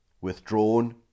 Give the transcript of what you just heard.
Withdrawn